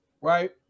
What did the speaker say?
Right